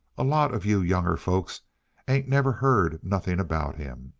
a lot of you younger folks ain't never heard nothing about him.